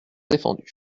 défendus